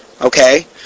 Okay